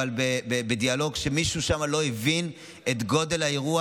אבל בדיאלוג שמישהו לא הבין את גודל האירוע